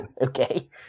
okay